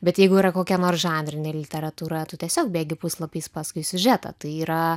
bet jeigu yra kokia nors žanrinė literatūra tu tiesiog bėgi puslapiais paskui siužetą tai yra